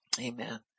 amen